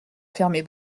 fermer